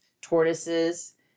tortoises